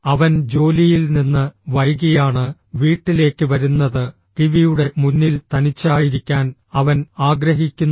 അവൻ ജോലിയിൽ നിന്ന് വൈകിയാണ് വീട്ടിലേക്ക് വരുന്നത് ടിവിയുടെ മുന്നിൽ തനിച്ചായിരിക്കാൻ അവൻ ആഗ്രഹിക്കുന്നു